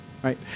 right